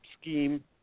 scheme